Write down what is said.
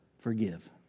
Forgive